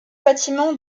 bâtiment